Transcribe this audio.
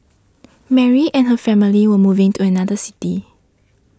Mary and her family were moving to another city